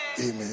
Amen